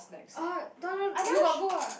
oh don't know you got go ah